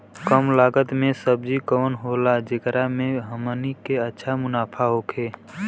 कम लागत के सब्जी कवन होला जेकरा में हमनी के अच्छा मुनाफा होखे?